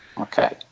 Okay